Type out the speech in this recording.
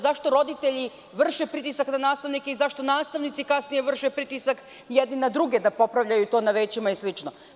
Zašto roditelji vrše pritisak na nastavnike i zašto nastavnici kasnije vrše pritisak jedni na druge da popravljaju to na većima i slično?